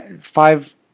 five